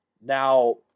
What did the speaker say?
Now